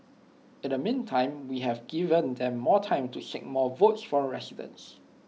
in the meantime we have given them more time to seek more votes from residents